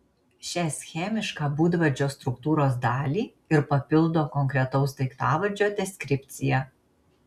šią schemišką būdvardžio struktūros dalį ir papildo konkretaus daiktavardžio deskripcija